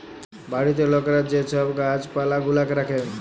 বাড়িতে লকরা যে ছব গাহাচ পালা গুলাকে রাখ্যে